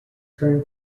current